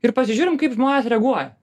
ir pasižiūrim kaip žmonės reaguoja